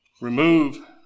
Remove